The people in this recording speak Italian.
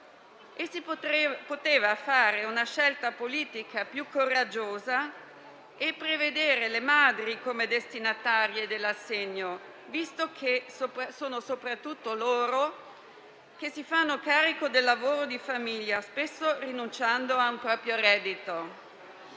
Si poteva fare una scelta politica più coraggiosa e prevedere le madri come destinatarie dell'assegno, visto che sono soprattutto loro a farsi carico del lavoro di famiglia, spesso rinunciando a un proprio reddito.